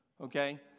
Okay